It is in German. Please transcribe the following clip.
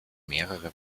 mehrere